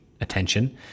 attention